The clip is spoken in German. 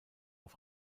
auf